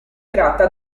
tratta